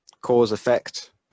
cause-effect